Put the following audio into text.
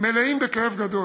מלאים בכאב גדול,